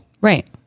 Right